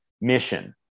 mission